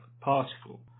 particle